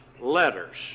letters